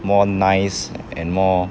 more nice and more